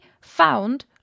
found